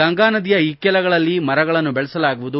ಗಂಗಾ ನದಿಯ ಇಕ್ಕೆಲಗಳಲ್ಲಿ ಮರಗಳನ್ನು ಬೆಳೆಸಲಾಗುವುದು